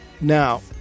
now